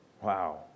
Wow